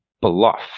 bluff